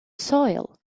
soil